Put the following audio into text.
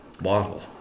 bottle